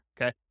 okay